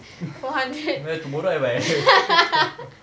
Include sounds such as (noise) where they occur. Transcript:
(laughs) well tomorrow I buy (laughs)